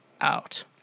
out